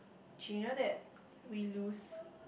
did you know that we lose